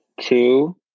two